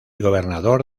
gobernador